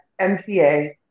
MTA